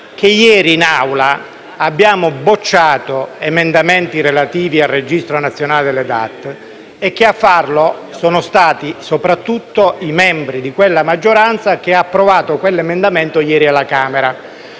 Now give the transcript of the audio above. che ieri in Aula abbiamo respinto emendamenti relativi al registro nazionale delle DAT e che a farlo sono stati soprattutto i membri di quella maggioranza che ha approvato l'emendamento in questione ieri alla Camera.